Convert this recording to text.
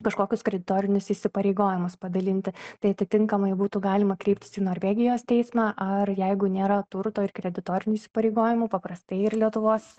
kažkokius kreditorinius įsipareigojimus padalinti tai atitinkamai būtų galima kreiptis į norvegijos teismą ar jeigu nėra turto ir kreditorinių įsipareigojimų paprastai ir lietuvos